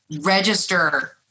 register